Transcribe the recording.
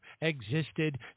existed